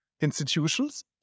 institutions